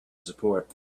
support